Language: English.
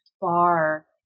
bar